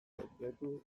sekretu